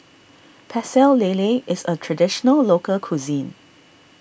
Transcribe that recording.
Pecel Lele is a Traditional Local Cuisine